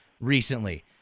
recently